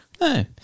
No